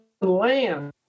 land